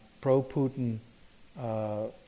pro-Putin